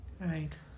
Right